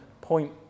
point